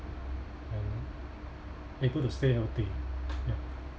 and able to stay healthy ya